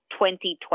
2020